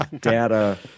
data